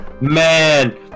Man